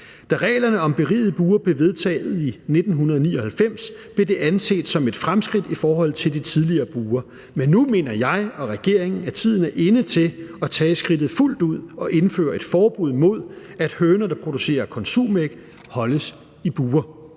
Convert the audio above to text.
Da reglerne om berigede bure blev vedtaget i 1999, blev det anset som et fremskridt i forhold til de tidligere bure, men nu mener jeg og regeringen at tiden er inde til at tage skridtet fuldt ud og indføre et forbud mod, at høner, der producerer konsumæg, holdes i bure.